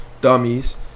Dummies